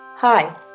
Hi